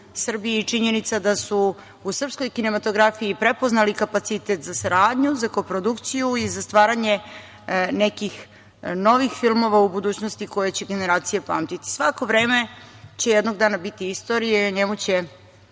i činjenica da su u srpskoj kinematografiji prepoznali kapacitet za saradnju, za kooprodukciju i za stvaranje nekih novih filmova u budućnosti, koje će generacije pamtiti. Svako vreme će jednog dana biti istorija, o njemu će